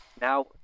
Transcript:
Now